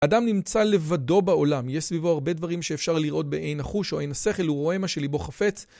אדם נמצא לבדו בעולם, יש סביבו הרבה דברים שאפשר לראות בעין החוש או העין השכל, הוא רואה מה שלבו חפץ.